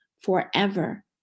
forever